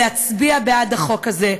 להצביע בעד החוק הזה,